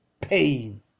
pain